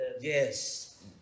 yes